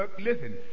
Listen